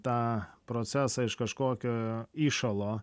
tą procesą iš kažkokio įšalo